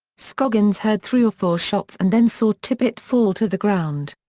scoggins heard three or four shots and then saw tippit fall to the ground.